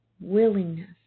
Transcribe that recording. willingness